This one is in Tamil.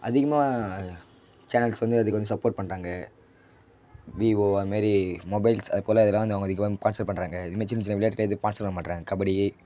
அதிகமாக சேனல்ஸ் வந்து அதுக்கு வந்து சப்போர்ட் பண்ணுறாங்க விவோ அதுமாரி மொபைல்ஸ் அது போல் இதெல்லாம் வந்து அவங்க அதிகமாக ஸ்பான்ஸர் பண்ணுறாங்க இதுமாதிரி சின்ன சின்ன விளையாட்டுக்கு இது ஸ்பான்ஸர் பண்ண மாட்டுறாங்க கபடி